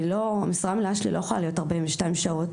המשרה המלאה שלי לא יכולה להיות 42 שעות,